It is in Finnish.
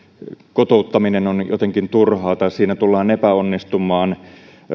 kotouttaminen on jotenkin turhaa tai siinä tullaan epäonnistumaan